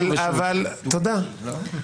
יושב פה גלעד קריב מהאופוזיציה,